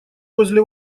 возле